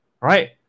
right